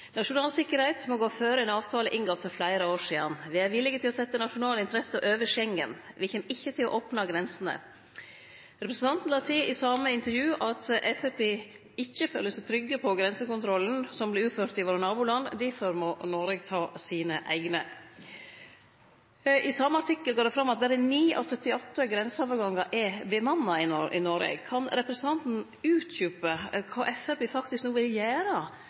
sikkerhet må gå foran en avtale inngått for flere år siden. Vi er villige til å sette nasjonale interesser over Schengen. Vi kommer ikke til å åpne grensene». Representanten la til i det same intervjuet at Framstegspartiet ikkje føler seg trygge på grensekontrollen som vert utført i våre naboland, og at Noreg derfor må ta sine eigne forholdsreglar. I den same artikkelen kjem det fram at berre 9 av 78 grenseovergangar er bemanna i Noreg. Kan representanten utdjupe kva Framstegspartiet no faktisk vil